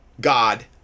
God